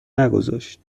نگذاشت